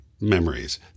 memories